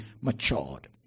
matured